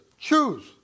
choose